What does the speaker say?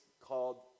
called